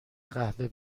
قهوه